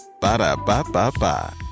Ba-da-ba-ba-ba